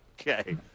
Okay